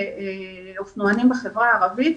לאופנוענים בחברה הערבית,